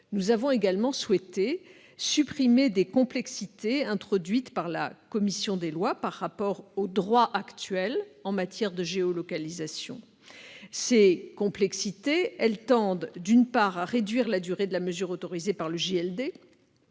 Il convient enfin de supprimer les complexifications introduites par la commission des lois par rapport au droit actuel en matière de géolocalisation. Ces complexifications tendent, d'une part, à réduire la durée de la mesure autorisée par le juge